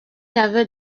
avait